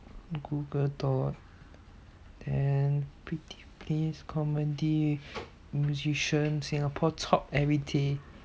google docs then prettipls comedy musician singapore top everyday